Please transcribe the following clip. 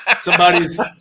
Somebody's